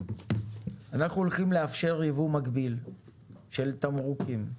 אנחנו הולכים לאפשר יבוא מקביל של תמרוקים.